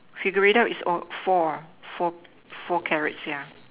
figure out it's four four carrots